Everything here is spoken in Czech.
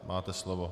Máte slovo.